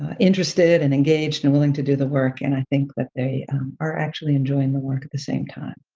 ah interested and engaged and willing to do the work, and i think that they are actually enjoying the work at the same time.